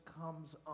comes